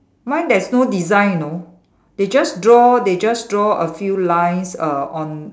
mine there's no design you know they just draw they just draw a few lines uh on